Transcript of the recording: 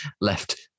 left